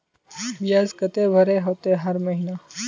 बियाज केते भरे होते हर महीना?